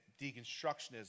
Deconstructionism